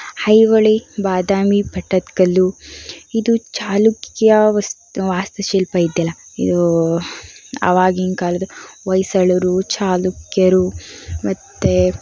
ಐಹೊಳೆ ಬಾದಾಮಿ ಪಟ್ಟದಕಲ್ಲು ಇದು ಚಾಲುಕ್ಯ ವಸ್ತ್ ವಾಸ್ತುಶಿಲ್ಪ ಇದೆಯಲ್ಲ ಇದು ಆವಾಗಿನ ಕಾಲದ ಹೊಯ್ಸಳರು ಚಾಲುಕ್ಯರು ಮತ್ತು